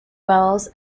wells